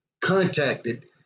contacted